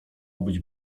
obyć